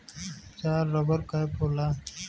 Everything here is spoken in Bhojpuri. चार रबर कैप होला